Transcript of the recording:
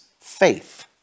faith